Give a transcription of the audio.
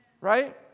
Right